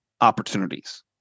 opportunities